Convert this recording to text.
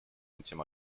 insieme